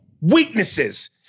weaknesses